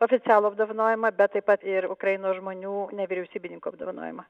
oficialų apdovanojimą bet taip pat ir ukrainos žmonių nevyriausybininkų apdovanojimą